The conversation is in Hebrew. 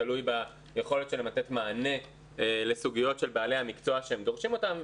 תלוי ביכולת שלהם לתת מענה לסוגיות של בעלי המקצוע שהם דורשים אותם.